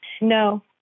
No